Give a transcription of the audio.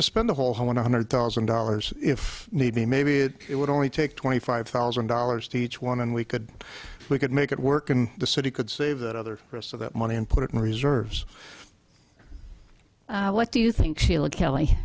to spend the whole one hundred thousand dollars if need be maybe it would only take twenty five thousand dollars to each one and we could we could make it work and the city could save that other person that money and put it in reserves what do you think sheila kell